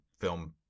film